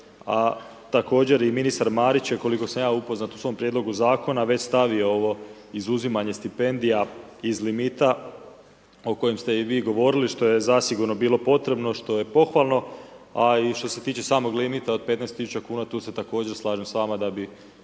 a također i ministar Marić je, koliko sam ja upoznat u svom prijedlogu zakona, već stavio ovo izuzimanje stipendija iz limita, o kojem ste i vi govorili, što je zasigurno bilo potrebno, što je pohvalno. A i što se tiče samog limita od 15 tisuća kuna, tu se također slažem s vama da bi